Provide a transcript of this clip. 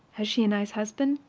has she a nice husband?